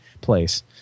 place